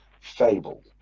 Fable